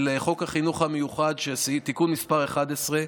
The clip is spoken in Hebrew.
חוק החינוך המיוחד, תיקון מס' 11,